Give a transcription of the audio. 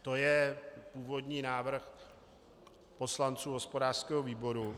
To je původní návrh poslanců hospodářského výboru.